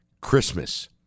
Christmas